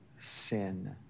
sin